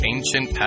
Ancient